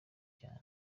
cyane